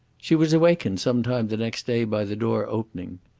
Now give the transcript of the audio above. she was awakened some time the next day by the door opening.